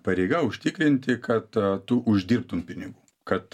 pareiga užtikrinti kad tu uždirbtum pinigų kad